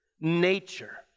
nature